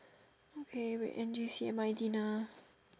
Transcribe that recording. okay wait N_J_C M_I dinner